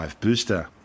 booster